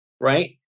right